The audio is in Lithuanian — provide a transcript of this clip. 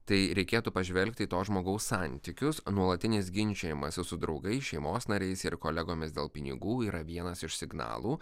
tai reikėtų pažvelgti į to žmogaus santykius nuolatinis ginčijimasis su draugais šeimos nariais ir kolegomis dėl pinigų yra vienas iš signalų